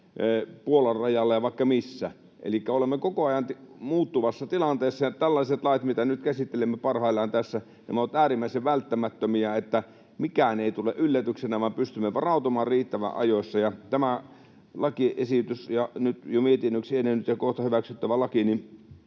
Puolan rajalla ja vaikka missä. Elikkä olemme koko ajan muuttuvassa tilanteessa, ja tällaiset lait, mitä nyt käsittelemme parhaillaan, ovat äärimmäisen välttämättömiä, että mikään ei tule yllätyksenä vaan pystymme varautumaan riittävän ajoissa. Tämä lakiesitys ja nyt jo mietinnöksi edennyt ja kohta hyväksyttävä laki